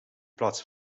plaats